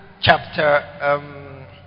chapter